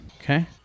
Okay